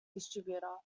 distributor